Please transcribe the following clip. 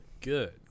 Good